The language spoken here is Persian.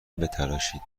بتراشید